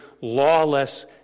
lawless